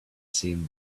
same